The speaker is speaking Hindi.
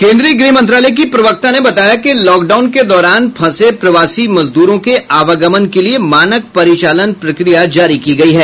केन्द्रीय गृह मंत्रालय की प्रवक्ता ने बताया कि लॉकडाउन के दौरान फंसे प्रवासी मजदूरों के आवागमन के लिए मानक परिचालन प्रक्रिया जारी की गई है